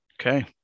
Okay